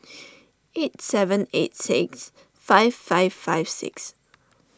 eight seven eight six five five five six